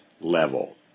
level